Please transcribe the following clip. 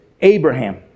Abraham